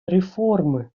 реформы